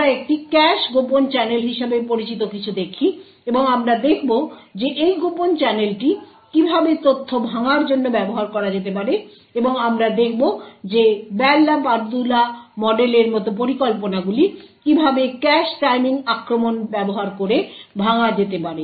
আমরা একটি cache covert channel হিসাবে পরিচিত কিছু দেখি এবং আমরা দেখব যে এই কোভার্ট চ্যানেলটি কীভাবে তথ্য ভাঙ্গার জন্য ব্যবহার করা যেতে পারে এবং আমরা দেখব যে বেল লা পাদুলা মডেলের মতো পরিকল্পনাগুলি কীভাবে ক্যাশ টাইমিং আক্রমণ ব্যবহার করে ভাঙা যেতে পারে